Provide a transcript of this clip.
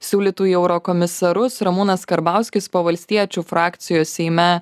siūlytų į eurokomisarus ramūnas karbauskis po valstiečių frakcijos seime